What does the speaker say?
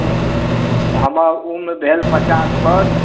हमर उम्र भेल पचास वर्ष